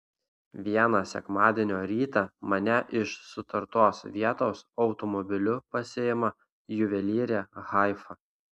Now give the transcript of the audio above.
vieną sekmadienio rytą mane iš sutartos vietos automobiliu pasiima juvelyrė haifa